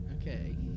Okay